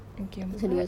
okay empat